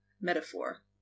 metaphor